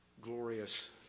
glorious